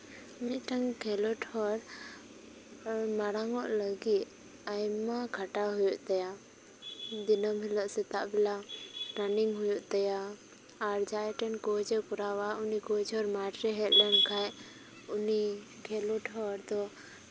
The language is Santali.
ᱢᱤᱫᱴᱟᱱ ᱠᱷᱮᱞᱳᱰ ᱦᱚᱲ ᱢᱟᱲᱟᱝᱚᱜ ᱞᱟᱹᱜᱤᱫ ᱟᱭᱢᱟ ᱠᱷᱟᱴᱟᱣ ᱦᱩᱭᱩᱜ ᱛᱟᱭᱟ ᱫᱤᱱᱟᱹᱢ ᱦᱤᱞᱳᱜ ᱥᱮᱛᱟᱜ ᱵᱮᱞᱟ ᱨᱟᱱᱤᱝ ᱦᱩᱭᱩᱜ ᱛᱟᱭᱟ ᱟᱨ ᱡᱟᱦᱟᱸᱭ ᱴᱷᱮᱱ ᱠᱳᱪ ᱮ ᱠᱚᱨᱟᱣᱟ ᱩᱱᱤ ᱠᱳᱪ ᱦᱚᱸ ᱢᱟᱴᱷᱨᱮ ᱦᱮᱡ ᱞᱮᱱᱠᱷᱟᱱ ᱩᱱᱤ ᱠᱷᱮᱞᱳᱰ ᱦᱚᱲ ᱫᱚ